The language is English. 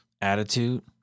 Attitude